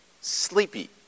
sleepy